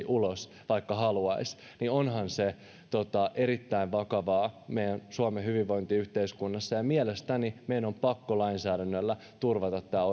ulos vaikka haluaisi niin onhan se erittäin vakavaa meidän suomen hyvinvointiyhteiskunnassa mielestäni meidän on pakko lainsäädännöllä turvata tämä